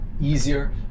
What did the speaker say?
easier